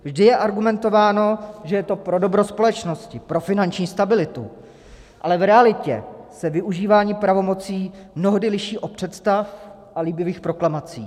Vždy je argumentováno, že je to pro dobro společnosti, pro finanční stabilitu, ale v realitě se využívání pravomocí mnohdy liší od představ a líbivých proklamací.